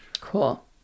Cool